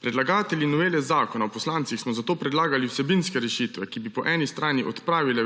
Predlagatelji novele Zakona o poslancih smo zato predlagali vsebinske rešitve, ki bi po eni strani odpravile